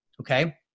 okay